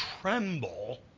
tremble